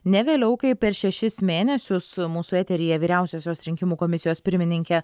ne vėliau kaip per šešis mėnesius mūsų eteryje vyriausiosios rinkimų komisijos pirmininkė